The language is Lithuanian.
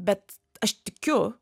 bet aš tikiu